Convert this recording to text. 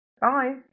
bye